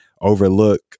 overlook